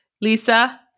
Lisa